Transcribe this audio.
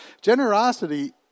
generosity